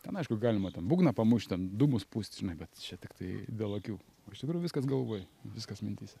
ten aišku galima ten būgną pamušt ten dūmus pūst žinai bet čia tiktai dėl akių o iš tikrųjų viskas galvoj viskas mintyse